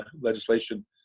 legislation